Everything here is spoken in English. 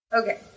Okay